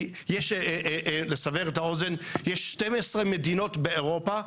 כי יש 12 מדינות באירופה,